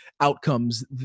outcomes